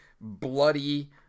bloody